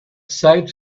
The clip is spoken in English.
sight